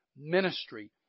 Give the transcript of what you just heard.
ministry